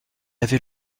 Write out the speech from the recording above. avait